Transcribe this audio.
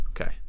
Okay